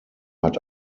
hat